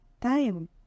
time